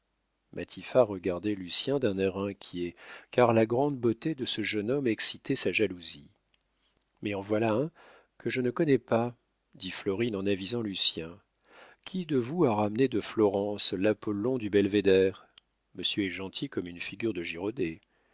regardait lucien d'un air inquiet car la grande beauté de ce jeune homme excitait sa jalousie mais en voilà un que je ne connais pas dit florine en avisant lucien qui de vous a ramené de florence l'apollon du belvédère monsieur est gentil comme une figure de girodet